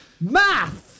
Math